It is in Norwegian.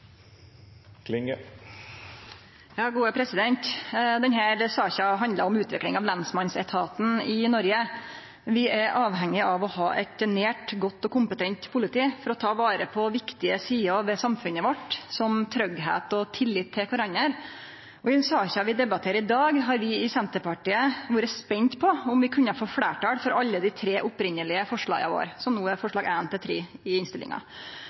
om utviklinga av lensmannsetaten i Noreg. Vi er avhengige av å ha eit nært, godt og kompetent politi for å ta vare på viktige sider ved samfunnet vårt, som tryggleik og tillit til kvarandre. I saka vi debatterer i dag, har vi i Senterpartiet vore spente på om vi kunne få fleirtal for alle dei tre opphavlege forslaga våre, som nå er I, II og III i innstillinga.